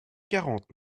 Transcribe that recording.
quarante